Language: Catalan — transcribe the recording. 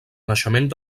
naixement